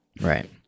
Right